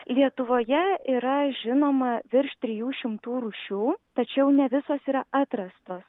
lietuvoje yra žinoma virš trijų šimtų rūšių tačiau ne visos yra atrastos